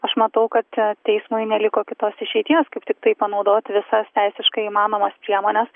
aš matau kad teismui neliko kitos išeities kaip tiktai panaudot visas teisiškai įmanomas priemones